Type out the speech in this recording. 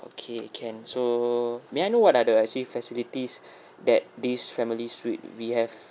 okay can so may I know what other I see facilities that these family suite we have